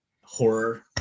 horror